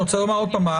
אני רוצה לומר עוד פעם,